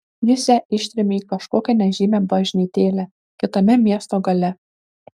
jis ją ištrėmė į kažkokią nežymią bažnytėlę kitame miesto gale